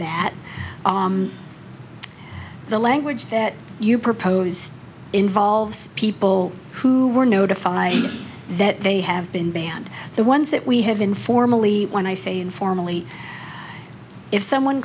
that the language that you proposed involves people who were notified that they have been banned the ones that we have informally when i say informally if someone